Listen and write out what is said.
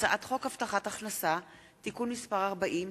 הצעת חוק הבטחת הכנסה (תיקון מס' 40),